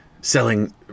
selling